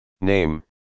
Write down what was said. Name